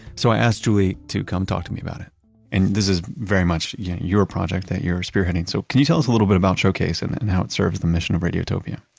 so i asked julie to come talk to me about it and this is very much yeah your project that you're ah spearheading. so can you tell us a little bit about showcase and and how it serves the mission of radiotopia?